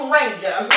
Ranger